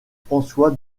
françois